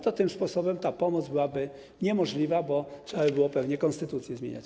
Tym sposobem ta pomoc byłaby niemożliwa, bo trzeba by było pewnie konstytucję zmieniać.